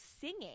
singing